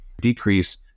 decrease